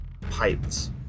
pipes